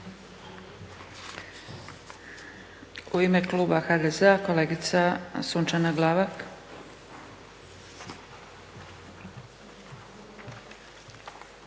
U ime kluba HDZ-a kolegica Sunčana Glavak.